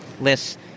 lists